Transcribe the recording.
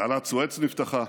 תעלת סואץ נפתחה.